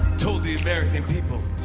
told the american people,